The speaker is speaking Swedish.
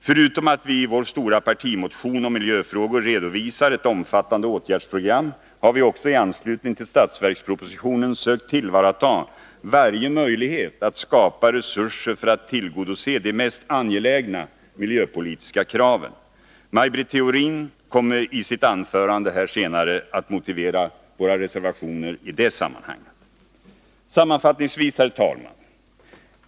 Förutom att vi i vår stora partimotion om miljöfrågor redovisar ett omfattande åtgärdsprogram, har vi också i anslutning till budgetpropositionen sökt tillvarata varje möjlighet att skapa resurser för att tillgodose de mest angelägna miljöpolitiska kraven. Maj Britt Theorin kommer i sitt anförande här senare att motivera våra reservationer i det sammanhanget. Sammanfattningsvis, herr talman!